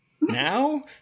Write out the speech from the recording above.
now